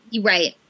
right